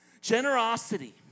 Generosity